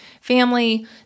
family